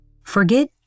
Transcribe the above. Forget